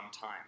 time